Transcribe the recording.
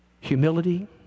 humility